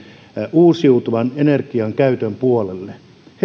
uusiutuvan energian käytön puolelle